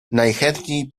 najchętniej